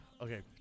Okay